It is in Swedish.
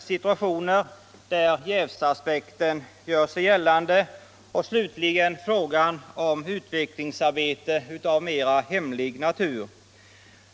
situationer där jävsaspekten gör sig gällande och för det tredje slutligen gäller det frågan om utvecklingsarbete av mera hemlig natur.